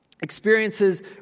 Experiences